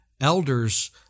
elders